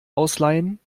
ausleihen